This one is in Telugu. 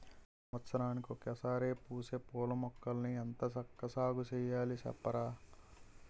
సంవత్సరానికి ఒకసారే పూసే పూలమొక్కల్ని ఎంత చక్కా సాగుచెయ్యాలి సెప్పరా?